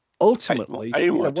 ultimately